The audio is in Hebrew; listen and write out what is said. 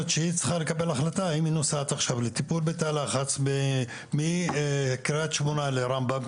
לקבל החלטה האם היא נוסעת עכשיו לטיפול בתא לחץ מקריית שמונה לרמב"ם,